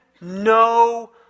no